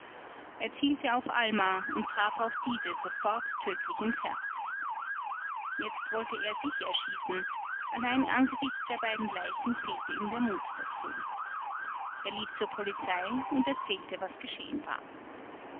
zielte auf alma und traf auch diese sofort tödlich ins herz jetzt wollte er sich erschießen allein angesichts der beiden leichen fehlte ihm der mut dazu er lief zur polizei und erzählte was geschehen war